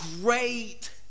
great